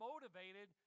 motivated